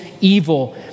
evil